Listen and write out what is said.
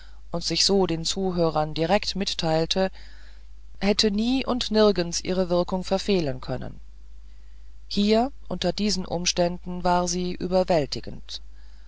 und sich so den zuhörern direkt mitteilte hätte nie und nirgends ihre wirkung verfehlen können hier unter diesen umgebungen war sie überwältigend